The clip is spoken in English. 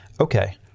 okay